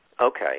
Okay